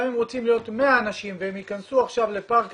גם אם רוצים להיות 100 אנשים והם ייכנסו עכשיו לפארק